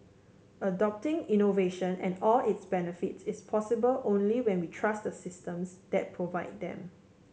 adopting innovation and all its benefits is possible only when we trust the systems that provide them